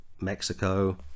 Mexico